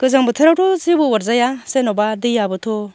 गोजां बोथोरावथ' जेबो अरजाया जेन'बा दैयाबोथ'